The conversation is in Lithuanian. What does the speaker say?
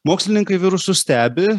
mokslininkai virusus stebi